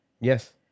Yes